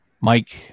Mike